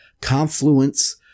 confluence